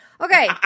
Okay